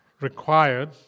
required